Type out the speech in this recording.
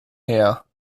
her